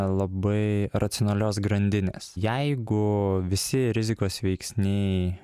labai racionalios grandinės jeigu visi rizikos veiksniai